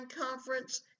conference